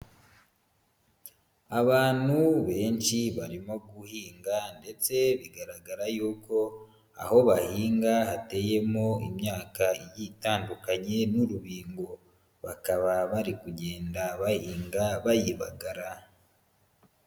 Abantu benshi barimo guhinga ndetse bigaragara yuko aho bahinga hateyemo imyaka igiye itandukanye n'urubingo. Bakaba bari kugenda bahinga bayibagara.